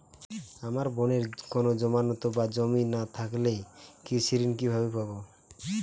আমার বোনের কোন জামানত বা জমি না থাকলে কৃষি ঋণ কিভাবে পাবে?